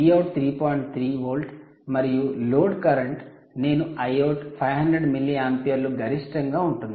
3 V మరియు load current నేను Iout 500 మిల్లియాంపీయర్లు గరిష్టంగా ఉంటుంది